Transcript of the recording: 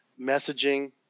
messaging